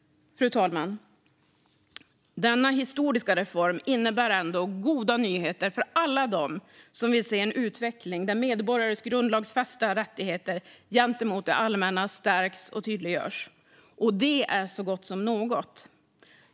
Fru talman! Denna historiska reform innebär ändå goda nyheter för alla dem som vill se en utveckling där medborgares grundlagsfästa rättigheter gentemot det allmänna stärks och tydliggörs. Och detta är så gott som något.